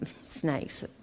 snakes